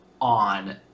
on